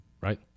Right